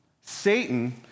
Satan